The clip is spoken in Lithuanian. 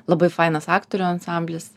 labai fainas aktorių ansamblis